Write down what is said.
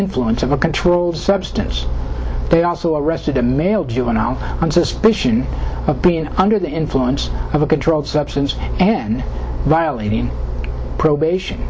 influence of a controlled substance they also arrested a male juvenile on suspicion of being under the influence of a controlled substance and violating probation